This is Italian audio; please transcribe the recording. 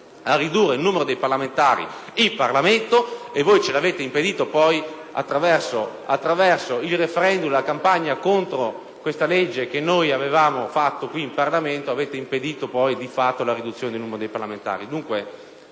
a ridurre il numero dei parlamentari in Parlamento, ma voi ce lo avete impedito attraverso il *referendum* e la campagna contro la legge che avevamo approvato in Parlamento, impedendo di fatto la riduzione del numero dei parlamentari.